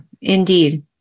indeed